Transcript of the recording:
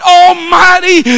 almighty